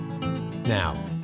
Now